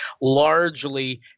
largely